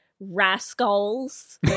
Rascals